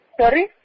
Sorry